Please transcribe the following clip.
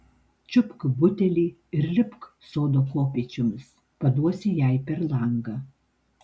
čiupk butelį ir lipk sodo kopėčiomis paduosi jai per langą